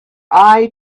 eye